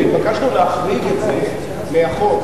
והתבקשנו להחריג את זה מהחוק.